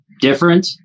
different